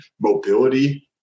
mobility